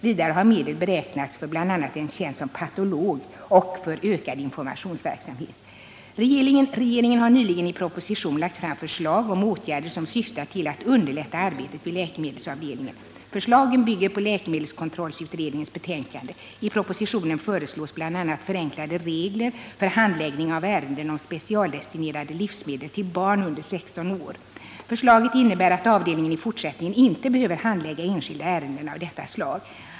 Vidare har medel beräknats för bl.a. en tjänst som patolog och för ökad informationsverksamhet. Regeringen har nyligen i en proposition lagt fram förslag om åtgärder som syftar till att underlätta arbetet vid läkemedelsavdelningen. Förslagen bygger på läkemedelskontrollutredningens betänkande . I propositionen föreslås bl.a. förenklade regler för handläggning av ärenden om specialdestinerade livsmedel till barn under 16 år. Förslaget innebär att avdelningen i fortsättningen inte behöver handlägga enskilda ärenden av detta slag.